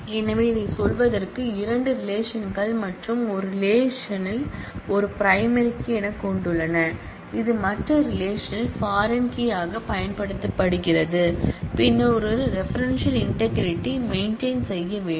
எனவே இதைச் சொல்வதற்கு இரண்டு ரிலேஷன் கள் மற்றும் ஒரு ரிலேஷன் ஒரு பிரைமரி கீ எனக் கொண்டுள்ளன இது மற்ற ரிலேஷன்ல் பாரின் கீ யாகப் பயன்படுத்தப்படுகிறது பின்னர் ஒரு ரெபரென்ஷியல் இன்டெக்ரிடி மெயின்டெயின் செய்ய வேண்டும்